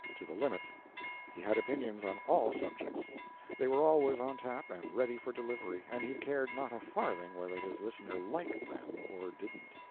to the limit he had opinions on all subjects they were always on tap and ready for delivery, and he cared not a farthing whether his listener liked them or didn't.